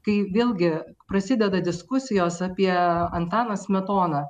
kai vėlgi prasideda diskusijos apie antaną smetoną